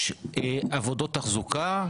יש עבודות תחזוקה.